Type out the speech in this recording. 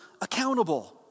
accountable